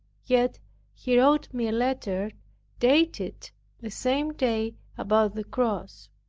yet he wrote me a letter dated the same day about the cross.